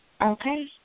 Okay